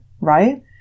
right